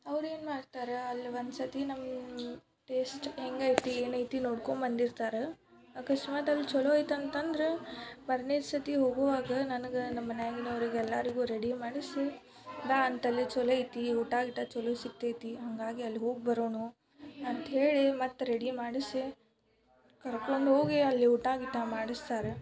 ಅವ್ರು ಏನು ಮಾಡ್ತಾರೆ ಅಲ್ಲಿ ಒಂದು ಸರ್ತಿ ನಮ್ಮ ಟೇಸ್ಟ್ ಹೇಗೈತಿ ಏನೈತಿ ನೋಡ್ಕೊಂಡ್ ಬಂದಿರ್ತಾರೆ ಅಕಸ್ಮಾತ್ ಅಲ್ಲಿ ಚಲೋ ಐತಂತಂದ್ರೆ ಮಾರ್ನೇ ಸರ್ತಿ ಹೋಗುವಾಗ ನನ್ಗೆ ನಮ್ಮ ಮನೆಯಾಗಿನವರಿಗೂ ಎಲ್ಲರಿಗೂ ರೆಡಿ ಮಾಡಿಸಿ ಬಾ ಅಂಥಲ್ಲಿ ಚಲೋ ಐತಿ ಊಟ ಗೀಟ ಚಲೋ ಸಿಗ್ತೈತಿ ಹಾಗಾಗಿ ಅಲ್ಲಿ ಹೋಗಿ ಬರೋಣು ಅಂತ ಹೇಳ್ ಮತ್ತು ರೆಡಿ ಮಾಡಿಸಿ ಕರ್ಕೊಂಡೋಗಿ ಅಲ್ಲಿ ಊಟ ಗೀಟ ಮಾಡಿಸ್ತಾರೆ